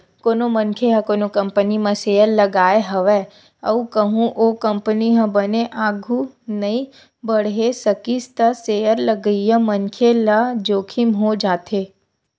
कोनो मनखे ह कोनो कंपनी म सेयर लगाय हवय अउ कहूँ ओ कंपनी ह बने आघु नइ बड़हे सकिस त सेयर लगइया मनखे ल जोखिम हो जाथे